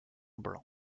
blanc